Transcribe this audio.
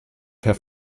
per